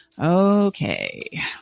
Okay